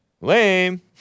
Lame